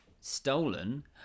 stolen